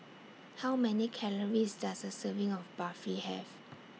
How Many Calories Does A Serving of Barfi Have